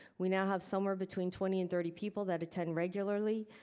we now have somewhere between twenty and thirty people that attend regularly.